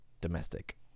domestic